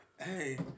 Hey